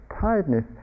tiredness